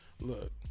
look